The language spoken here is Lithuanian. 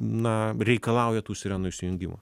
na reikalauja tų sirenų įsijungimo